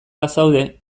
bazaude